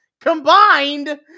combined